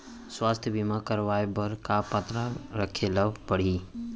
स्वास्थ्य बीमा करवाय बर का पात्रता रखे ल परही?